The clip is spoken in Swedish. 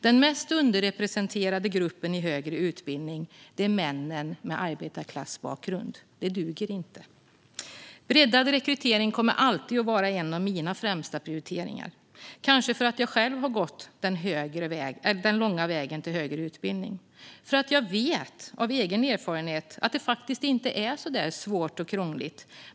Den mest underrepresenterade gruppen i högre utbildning är männen med arbetarklassbakgrund. Det duger inte. Breddad rekrytering kommer alltid att vara en av mina främsta prioriteringar, kanske för att jag själv har gått den långa vägen till högre utbildning. Jag vet av egen erfarenhet att det faktiskt inte är så svårt och krångligt.